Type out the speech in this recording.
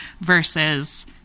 versus